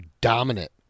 dominant